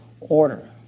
order